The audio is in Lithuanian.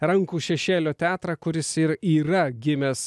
rankų šešėlio teatrą kuris ir yra gimęs